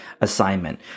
assignment